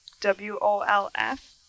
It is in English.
W-O-L-F